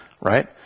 right